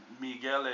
Miguel